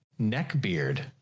Neckbeard